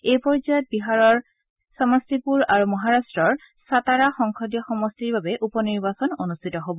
এই পৰ্যায়ত বিহাৰৰ সমষ্টিপুৰ আৰু মহাৰাষ্ট্ৰৰ ছাতাৰা সংসদীয় সমষ্টিৰ বাবে উপ নিৰ্বাচন অনুষ্ঠিত হ'ব